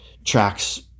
tracks